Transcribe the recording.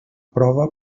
prova